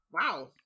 Wow